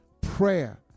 Prayer